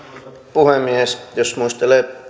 puhemies jos muistelee